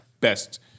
best